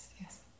Yes